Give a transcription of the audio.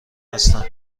هستند